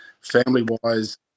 Family-wise